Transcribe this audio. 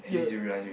yeah